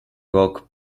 rock